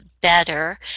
better